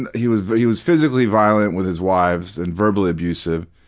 and he was he was physically violent with his wives and verbally abusive,